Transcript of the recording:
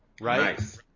right